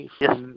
Yes